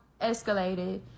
escalated